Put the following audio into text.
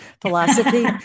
philosophy